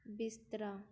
ਬਿਸਤਰਾ